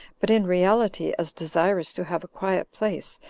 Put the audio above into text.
but in reality as desirous to have a quiet place,